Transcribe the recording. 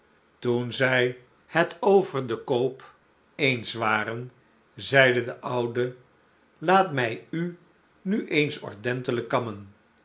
toen zij het over den koop eens waren zeide de oude laat mij u nu eens ordentelijk kammen